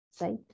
Right